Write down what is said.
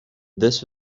this